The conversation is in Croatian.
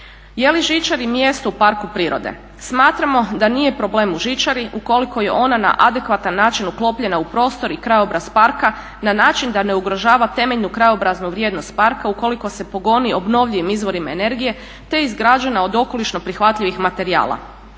Je li žičari mjesto u parku prirode? Smatramo da nije problem u žičari ukoliko je ona na adekvatan način uklopljena u prostor i krajobraz parka, na način da ne ugrožava temeljnu krajobraznu vrijednost parka ukoliko se …/Govornica se ne razumije./… obnovljivim izvorima energije, te izgrađena od okolišno prihvatljivih materijala.